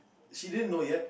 she didn't know yet